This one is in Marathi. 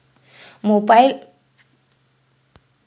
मोबाइल रिचार्जचे पेमेंट खात्यातून कसे करू शकतो?